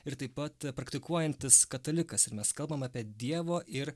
ir taip pat praktikuojantis katalikas ir mes kalbam apie dievo ir